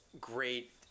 Great